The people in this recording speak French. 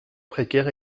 précaire